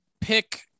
pick